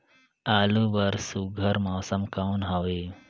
आलू बर सुघ्घर मौसम कौन हवे?